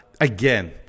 Again